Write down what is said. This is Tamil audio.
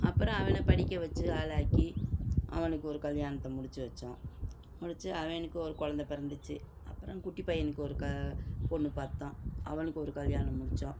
அப்புறம் அவனை படிக்க வச்சு ஆளாக்கி அவனுக்கு ஒரு கல்யாணத்தை முடித்து வைச்சோம் முடித்து அவனுக்கு ஒரு கொழந்த பிறந்துச்சு அப்புறம் குட்டி பையனுக்கு ஒரு க ஒரு பொண்ணு பார்த்தோம் அவனுக்கு ஒரு கல்யாணம் முடித்தோம்